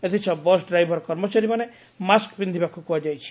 ଏଥିସହ bus driver କର୍ମଚାରୀମାନେ mask ପିକ୍ଷିବାକୁ କୁହାଯାଇଛି